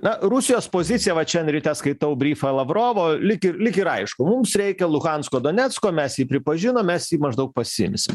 na rusijos pozicija vat šian ryte skaitau bryfą lavrovo lyg ir lyg ir aišku mums reikia luhansko donecko mes jį pripažinom mes jį maždaug pasiimsim